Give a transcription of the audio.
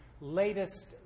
latest